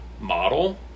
model